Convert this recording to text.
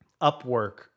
Upwork